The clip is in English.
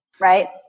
Right